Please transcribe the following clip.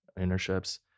internships